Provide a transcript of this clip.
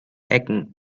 ecken